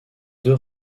deux